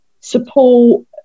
support